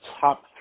top